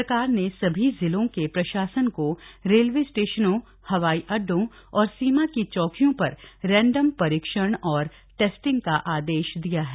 सरकार ने सभी जिलों के प्रशासन को रेलवे स्टेशनों हवाई अड्डों और सीमा की चौकियों पर रैंडम परीक्षण और टेस्टिंग का आदेश दिया है